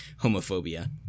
homophobia